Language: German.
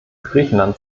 griechenland